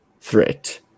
threat